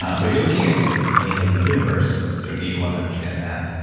um but you're looking at the beginning of the universe and certainly, you'd want to understand that.